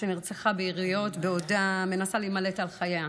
שנרצחה ביריות בעודה מנסה להימלט על חייה.